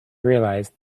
realised